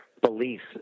beliefs